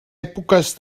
èpoques